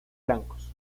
blancos